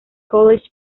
college